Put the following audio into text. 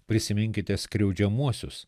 prisiminkite skriaudžiamuosius